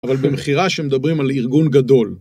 אבל במכירה שמדברים על ארגון גדול